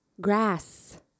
grass